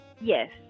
Yes